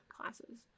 classes